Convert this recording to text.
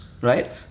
right